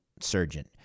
surgeon